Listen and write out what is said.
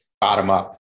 bottom-up